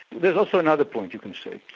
there's also another point, you can say.